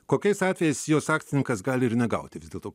kokiais atvejais jos akcininkas gali ir negauti vis dėlto